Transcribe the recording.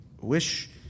wish